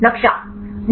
छात्र नक्शा